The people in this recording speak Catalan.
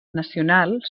nacional